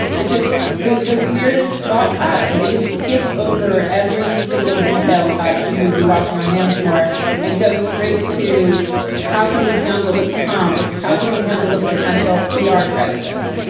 it just the the weirdest thought pattern. they just skip over every single detail about should we be washing our hands more and go straight to how can we handle becomes how can we handle a potential ah pr crisis?